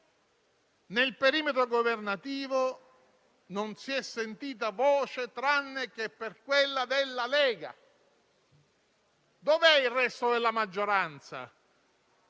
nel perimetro governativo non si è sentita voce, tranne quella della Lega. Dov'è il resto della maggioranza?